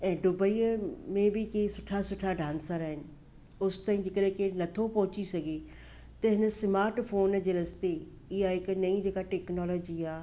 ऐं डुबईअ में बि की सुठा सुठा डांसर आहिनि ओसिताईं जेकर केरु नथो पहुची सघे त हिन स्मार्ट फ़ोन जे रस्ते इहा हिकु नई जेका टेक्नॉलोजी आहे